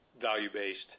value-based